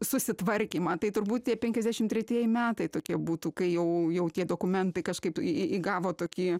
susitvarkymą tai turbūt tie penkiasdešimt tretieji metai tokie būtų kai jau jau tie dokumentai kažkaip į į įgavo tokį